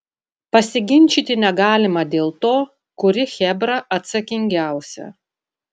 pasiginčyti negalima dėl to kuri chebra atsakingiausia